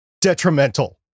detrimental